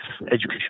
education